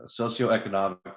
socioeconomic